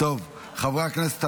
חברי הכנסת,